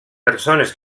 persones